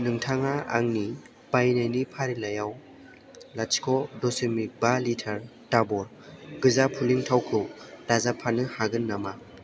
नोंथाङा आंनि बायनायनि फारिलाइयाव लाथिख' दस'मिक बा लिटार दाबर गोजा पुलिं थावखौ दाजाबफानो हागोन नामा